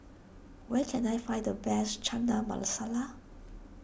where can I find the best Chana Masala